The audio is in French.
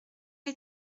est